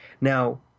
Now